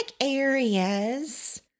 areas